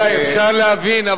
תבין גם